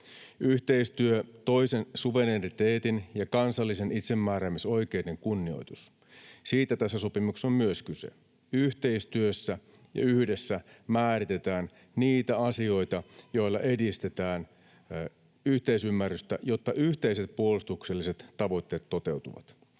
Yhteistyö: toisen suvereniteetin ja kansallisen itsemääräämisoikeuden kunnioitus. Siitä tässä sopimuksessa on myös kyse. Yhteistyössä ja yhdessä määritetään niitä asioita, joilla edistetään yhteisymmärrystä, jotta yhteiset puolustukselliset tavoitteet toteutuvat.